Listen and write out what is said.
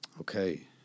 Okay